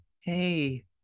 hey